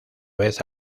vez